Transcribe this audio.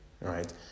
right